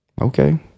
Okay